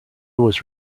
was